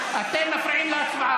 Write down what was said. תמשיכי, היא הצביעה